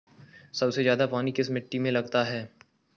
सबसे ज्यादा पानी किस मिट्टी में लगता है?